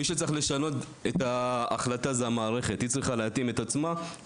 המערכת צריכה לשנות את החלטתה ולהתאים את עצמה.